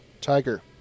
Tiger